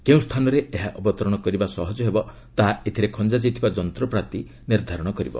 କେଉଁ ସ୍ଥାନରେ ଏହା ଅବତରଣ କରିବା ସହଜ ହେବ ତାହା ଏଥିରେ ଖଞ୍ଜାଯାଇଥିବା ଯନ୍ତ୍ରପାତି ନିର୍ଦ୍ଧାରଣ କରିବ